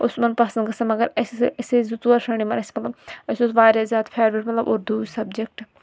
اوس تمَن پَسنٛد گَژھان مَگر أسۍ ٲسۍ أسۍ ٲسۍ زٕ ژور فَرَنٛڈٕ یِمَنَ اَسہِ مَطلَب اَسہِ اوس واریاہ زِیادٕ فیورِٹ مَطلَب اردوٕے سَبجَکٹہٕ